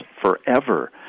forever